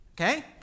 Okay